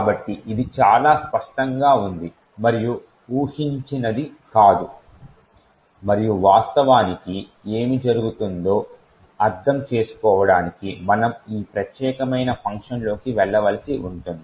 కాబట్టి ఇది చాలా స్పష్టంగా ఉంది మరియు ఉంహించినది కాదు మరియు వాస్తవానికి ఏమి జరుగుతుందో అర్థం చేసుకోవడానికి మనము ఈ ప్రత్యేకమైన ఫంక్షన్లోకి వెళ్ళవలసి ఉంటుంది